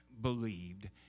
believed